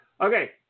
Okay